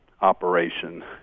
operation